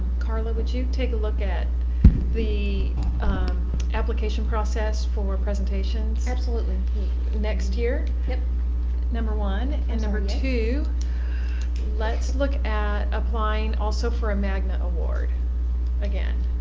karla would you take a look at the application process for presentations? next year. number one and number two let's look at applying also for a magna award again.